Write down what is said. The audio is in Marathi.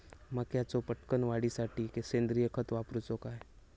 मक्याचो पटकन वाढीसाठी सेंद्रिय खत वापरूचो काय?